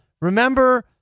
Remember